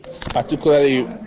particularly